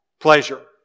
Pleasure